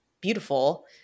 beautiful